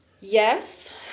Yes